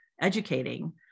educating